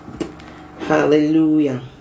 hallelujah